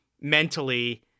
mentally